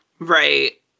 Right